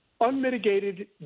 unmitigated